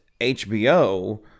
hbo